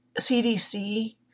CDC